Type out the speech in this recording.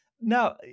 now